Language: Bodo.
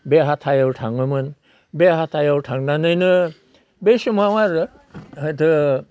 बे हाथायाव थाङोमोन बे हाथायाव थांनानैनो बे समाव आरो हैथ'